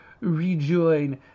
rejoin